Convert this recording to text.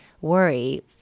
worry